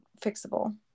fixable